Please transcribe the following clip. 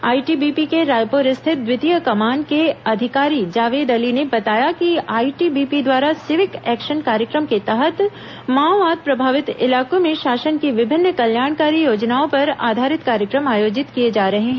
ITBP के रायपुर स्थित द्वितीय कमान के अधिकारी जावेद अली ने बताया कि आईटीबीपी द्वारा सिविक एक्शन कार्यक्रम के तहत माओवाद प्रभावित इलाकों में शासन की विभिन्न कल्याणकारी योजनाओं पर आधारित कार्यक्रम आयोजित किए जा रहे हैं